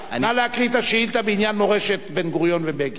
נא להקריא את השאילתא בעניין מורשת בן-גוריון ומורשת בגין.